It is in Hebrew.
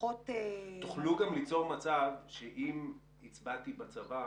לפחות --- תוכלו גם ליצור מצב שאם הצבעתי בצבא,